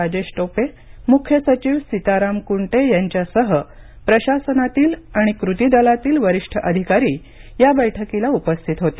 राजेश टोपे मुख्य सचिव सीताराम कुंटे यांच्यासह प्रशासनातील आणि कृती दलातील वरिष्ठ अधिकारी या बैठकीला उपस्थित होते